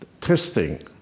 testing